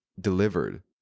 delivered